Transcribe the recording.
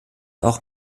auch